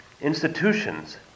institutions